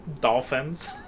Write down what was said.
dolphins